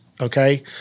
okay